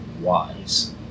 wise